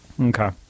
Okay